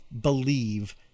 believe